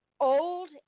Old